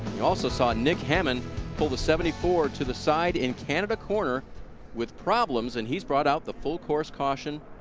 also saw nic hammann pull the seventy four to the side in canada corner with problems and he brought out the full course caution.